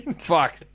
fuck